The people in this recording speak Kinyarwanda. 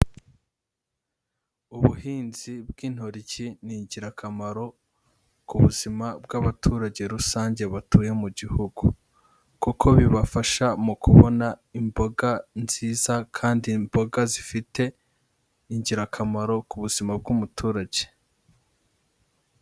Ubuhinzi bw'intoryi n'ingirakamaro ku buzima bw'abaturage rusange batuye mu gihugu, kuko bibafasha mu kubona imboga nziza kandi imboga zifite ingirakamaro ku buzima bw'umuturage.